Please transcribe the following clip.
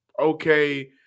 okay